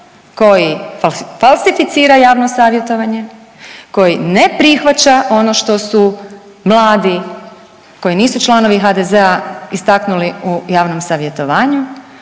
koji falsificira javno savjetovanje, koji ne prihvaća ono što su mladi koji nisu članovi HDZ-a istaknuli u javnom savjetovanju